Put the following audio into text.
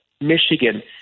Michigan